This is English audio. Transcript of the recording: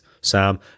Sam